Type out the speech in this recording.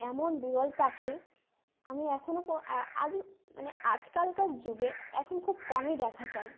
এমন বিরল পাখি আমি এখনও আজ মানে আজকালকার যুগে এখন খুব কমই দেখা যায়